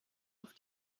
auf